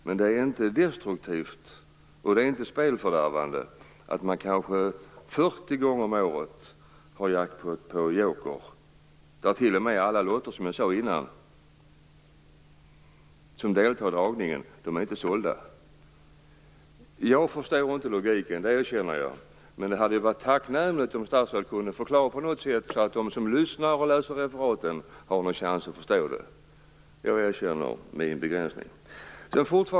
Men det är inte destruktivt och det är inte spelfördärvande att man kanske 40 gånger om året har möjlighet att få jackpot på Joker, där alla lotter som deltar i dragningen inte är sålda, som jag sade innan. Jag förstår inte logiken. Det erkänner jag. Men det hade varit tacknämligt om statsrådet hade kunnat förklara detta på ett sätt så att de som lyssnar eller läser referaten av debatten har en chans att förstå. Jag erkänner min begränsning.